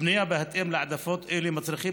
בנייה בהתאם להעדפות אלה מצריכה